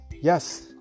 yes